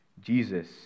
Jesus